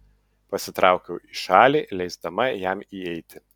pasitraukiau į šalį leisdama jam įeiti